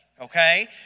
okay